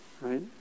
right